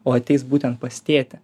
o ateis būtent pas tėtį